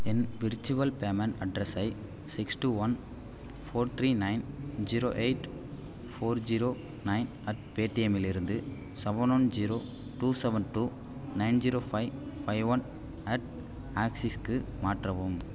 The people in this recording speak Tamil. என் விர்ச்சுவல் பேமென்ட் அட்ரஸை six two one four three nine zero eight four zero nine at பேடீஎம்மிலிருந்து seven one zero two seven two nine zero five five one at ஆக்ஸிஸ்க்கு மாற்றவும்